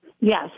Yes